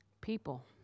People